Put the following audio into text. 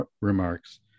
remarks